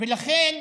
לכן